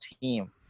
team